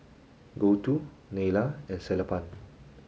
Gouthu Neila and Sellapan